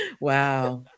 Wow